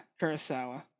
Kurosawa